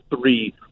three